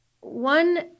One